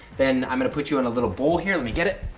then i'm gonna put you in a little bowl here, let me get it.